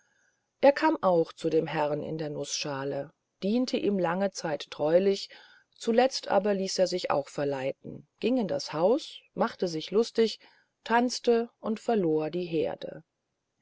er kam auch zu dem herrn in der nußschale diente ihm lange zeit treulich zuletzt aber ließ er sich auch verleiten ging in das haus machte sich lustig tanzte und verlor die heerde